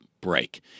break